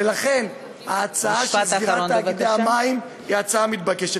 ולכן ההצעה של סגירת תאגידי המים היא הצעה מתבקשת.